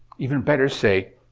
even better say,